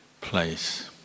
place